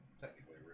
Technically